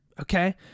okay